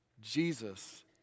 Jesus